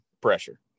pressure